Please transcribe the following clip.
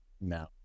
No